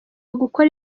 gukora